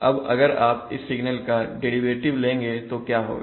अब अगर आप इस सिग्नल का डेरिवेटिव लेंगे तो क्या होगा